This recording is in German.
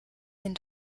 den